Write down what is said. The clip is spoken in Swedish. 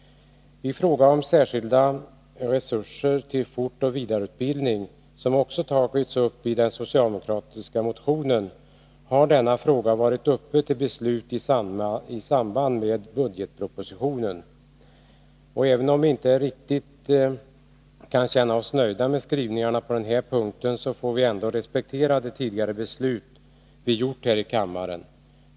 Frågan om särskilda resurser till fortoch vidareutbildning, som också tagits upp i den socialdemokratiska motionen, har varit uppe till beslut i samband med budgetpropositionen. Även om vi inte riktigt kan känna oss nöjda med skrivningarna på den här punkten får vi respektera de tidigare beslut vi har fattat här i kammaren.